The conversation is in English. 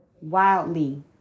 wildly